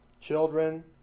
children